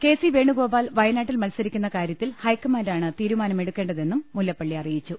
K C Venugopal വയനാട്ടിൽ മത്സരിക്കുന്ന കാരൃത്തിൽ ഹൈക്കമാന്റാണ് തീരുമാനമെടുക്കേണ്ടതെന്ന് മുല്ലപ്പള്ളി അറി യിച്ചു